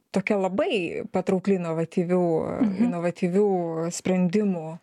tokia labai patraukli inovatyvių inovatyvių sprendimų